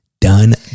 Done